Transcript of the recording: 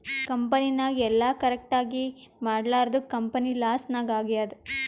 ಕಂಪನಿನಾಗ್ ಎಲ್ಲ ಕರೆಕ್ಟ್ ಆಗೀ ಮಾಡ್ಲಾರ್ದುಕ್ ಕಂಪನಿ ಲಾಸ್ ನಾಗ್ ಆಗ್ಯಾದ್